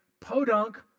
podunk